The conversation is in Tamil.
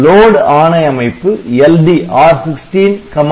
LOAD ஆணை அமைப்பு LD R16Y